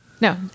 No